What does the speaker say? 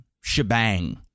shebang